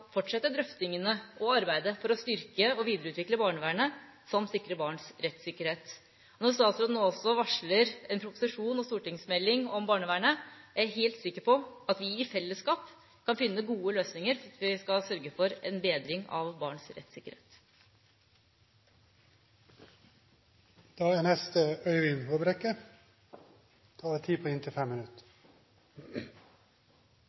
drøftingene og arbeidet for å styrke og videreutvikle barnevernet samt sikre barns rettssikkerhet. Når statsråden også varsler en proposisjon og en stortingsmelding om barnevernet, er jeg helt sikker på at vi i fellesskap kan finne gode løsninger. Vi skal sørge for en bedring av barns